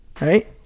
Right